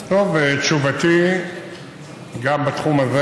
טוב, תשובתי גם בתחום הזה: